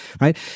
right